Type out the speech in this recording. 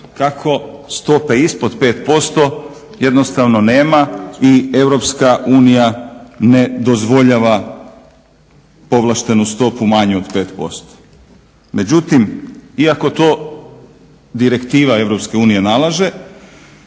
Kako stope ispod 5% jednostavno nema i Europska unija ne dozvoljava povlaštenu stopu manju od 5%. Međutim, iako to direktiva Europske